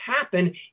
happen